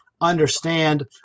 understand